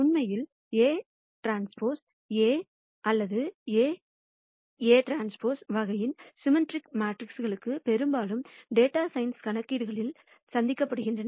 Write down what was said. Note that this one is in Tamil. உண்மையில் Aᵀ A அல்லது AAᵀ வகையின் சிம்மெட்ரிக் மேட்ரிக்குகள் பெரும்பாலும் டேட்டா சென்ஸ் கணக்கீடுகளில் சந்திக்கப்படுகின்றன